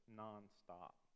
nonstop